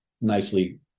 nicely